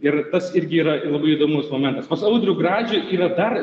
ir tas irgi yra labai įdomus momentas pas audrių gražį yra dar